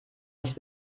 nicht